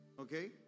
Okay